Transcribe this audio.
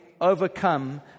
overcome